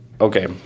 Okay